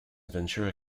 ventura